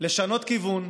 לשנות כיוון,